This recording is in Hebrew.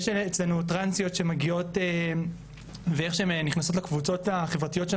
יש אצלינו טרנסיות שמגיעות ואיך שהן נכנסות לקבוצות החברתיות,